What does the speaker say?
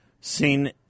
seen